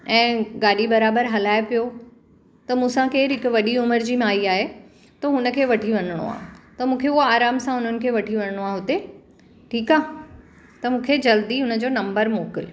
ऐं गाॾी बराबरि हलाए पियो त मूंसां केरु हिकु वॾी उमिरि जी माई आहे त हुन खे वठी वञिणो आहे त मूंखे उहा आराम सां उन्हनि खे वठी वञिणो आहे उते ठीकु आहे त मूंखे जल्दी हुन जो नम्बर मोकिल